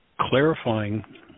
clarifying